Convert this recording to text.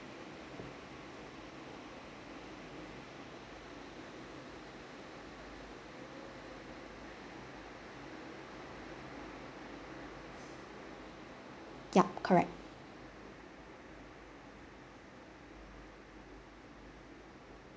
yup correct